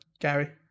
Gary